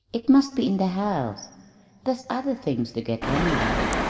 it must be in the house there's other things to get, anyway.